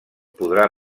podrà